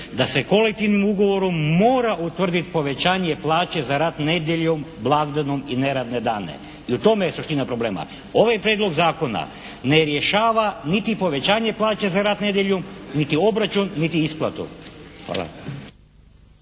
da se kolektivnim ugovorom mora utvrditi povećanje plaće za rad nedjeljom, blagdanom i neradne dane, i u tome je suština problema. Ovaj prijedlog zakona niti povećanje plaće za rad nedjeljom niti obračun, niti isplatu. Hvala.